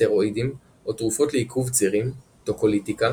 סטרואידים או תרופות לעיכוב צירים טוקוליטיקה